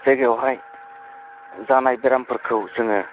जायगायावहाय जानाय बेरामफोरखौ जोङो